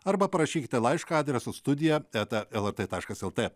arba parašykite laišką adresu studija eta lrt taškas lt